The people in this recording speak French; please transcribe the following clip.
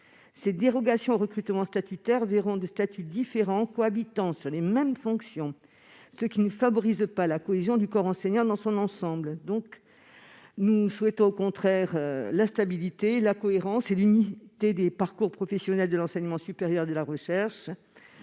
Ces dérogations aux recrutements statutaires verront des statuts différents cohabitant sur les mêmes fonctions, ce qui ne favorise pas la cohésion du corps enseignant dans son ensemble. Nous souhaitons, au contraire, la stabilité, la cohérence et l'unité des parcours professionnels de l'enseignement supérieur et de la recherche,